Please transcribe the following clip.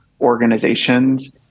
organizations